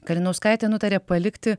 kalinauskaitė nutarė palikti